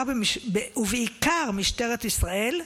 ובעיקר משטרת ישראל,